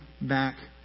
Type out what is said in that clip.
back